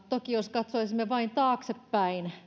toki jos katsoisimme vain taaksepäin